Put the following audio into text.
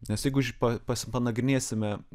nes jeigu pa panagrinėsime